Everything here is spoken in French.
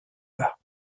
bas